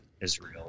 Israel